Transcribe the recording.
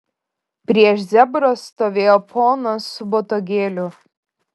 prieš zebrą stovėjo ponas su botagėliu